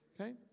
Okay